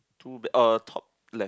two uh top left